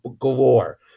galore